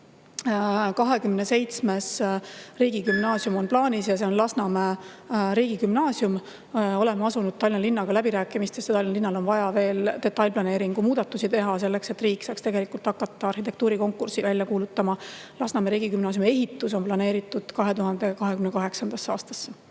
27. riigigümnaasium on plaanis [ehitada], see on Lasnamäe riigigümnaasium. Oleme asunud Tallinna linnaga läbirääkimistesse. Tallinna linnal on vaja veel detailplaneeringut muuta selleks, et riik saaks arhitektuurikonkursi välja kuulutada. Lasnamäe riigigümnaasiumi ehitus on planeeritud 2028. aastasse.